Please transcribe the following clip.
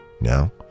Now